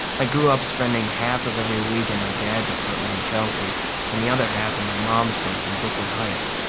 i grew up spending half of every week in my dad's apartment in chelsea and the other half in my mom's place in brooklyn heights.